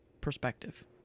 perspective